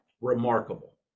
Remarkable